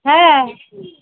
হ্যাঁ